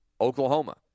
Oklahoma